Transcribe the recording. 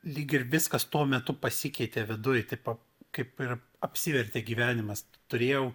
lyg ir viskas tuo metu pasikeitė viduj taip kaip ir apsivertė gyvenimas turėjau